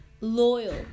loyal